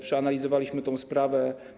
Przeanalizowaliśmy tę sprawę.